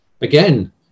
Again